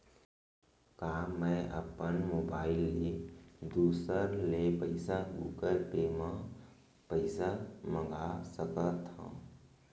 का मैं अपन मोबाइल ले दूसर ले पइसा गूगल पे म पइसा मंगा सकथव?